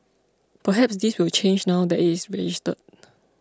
perhaps this will change now that it is registered